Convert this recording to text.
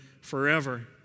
forever